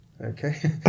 Okay